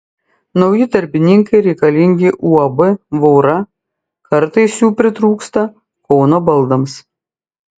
nauji darbininkai reikalingi uab vaura kartais jų pritrūksta kauno baldams